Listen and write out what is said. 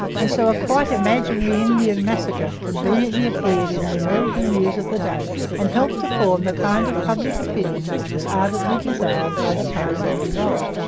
and so a quite imaginary indian massacre conveniently appeared in the american news of the day and helped to form the kind of public opinion which was ardently desired by the party of revolt.